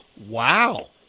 Wow